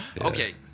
Okay